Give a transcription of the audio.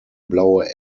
blaue